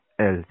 else